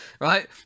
right